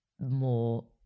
more